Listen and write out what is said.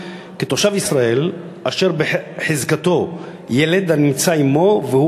כתושב ישראל אשר בחזקתו ילד הנמצא עמו והוא